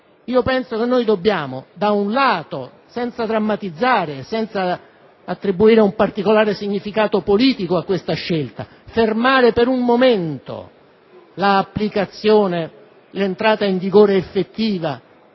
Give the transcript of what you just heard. ritengo che noi dobbiamo, senza drammatizzare e senza attribuire un particolare significato politico a questa scelta, fermare per un momento l'applicazione e l'entrata in vigore effettiva